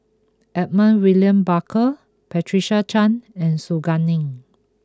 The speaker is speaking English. Edmund William Barker Patricia Chan and Su Guaning